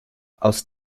aus